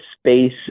space